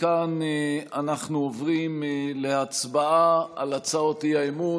מכאן אנחנו עוברים להצבעה על הצעות האי-אמון.